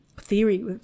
theory